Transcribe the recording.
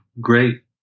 great